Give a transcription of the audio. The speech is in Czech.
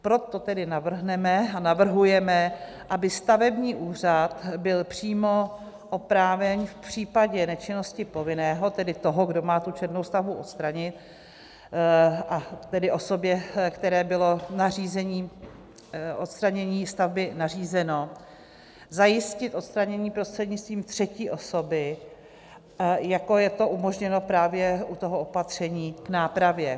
Proto tedy navrhneme a navrhujeme, aby stavební úřad byl přímo oprávněn v případě nečinnosti povinného, tedy toho, kdo má tu černou stavbu odstranit, a tedy osobě, které bylo nařízením odstranění stavby nařízeno, zajistit odstranění prostřednictvím třetí osoby, jako je to umožněno právě u toho opatření k nápravě.